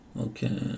Okay